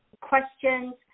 questions